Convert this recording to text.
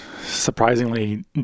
surprisingly